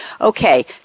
Okay